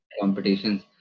competitions